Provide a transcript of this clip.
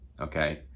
okay